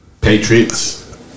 Patriots